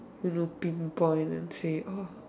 he will pinpoint and say oh